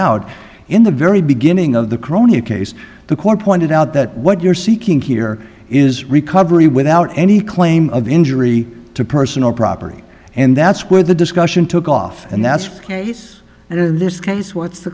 out in the very beginning of the crony case the court pointed out that what you're seeking here is recovery without any claim of injury to personal property and that's where the discussion took off and that's case and in this case what's t